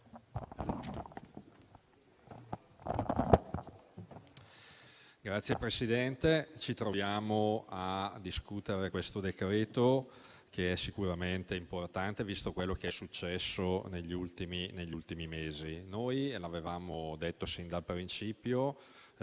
Signor Presidente, ci troviamo a discutere un decreto-legge che è sicuramente importante, visto quello che è successo negli ultimi mesi. Come abbiamo detto sin dal principio,